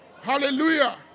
Hallelujah